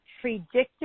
predicted